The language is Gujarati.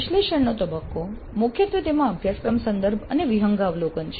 વિશ્લેષણનો તબક્કો મુખ્યત્વે તેમાં અભ્યાસક્રમ સંદર્ભ અને વિહંગાવલોકન છે